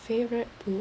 favourite book